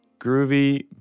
Groovy